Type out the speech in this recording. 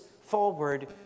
forward